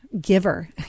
giver